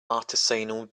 artisanal